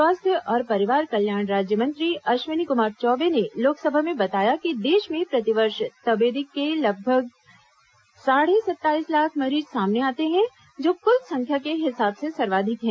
स्वास्थ्य और परिवार कल्याण राज्य मंत्री अश्विनी कुमार चौबे ने लोकसभा में बताया कि देश में प्रतिवर्ष तपेदिक के लगभग साढे सत्ताईस लाख मरीज सामने आते हैं जो कुल संख्या के हिसाब से सर्वाधिक है